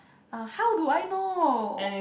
uh how do I know